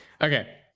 Okay